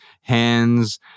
hands